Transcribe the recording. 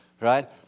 right